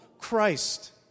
Christ